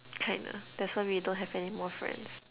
kinda that's why we don't have anymore friends